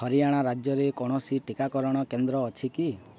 ହରିୟାଣା ରାଜ୍ୟରେ କୌଣସି ଟିକାକରଣ କେନ୍ଦ୍ର ଅଛି କି